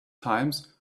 times